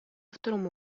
второму